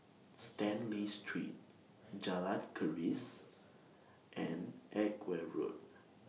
Stanley Street Jalan Keris and Edgware Road